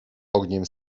ogniem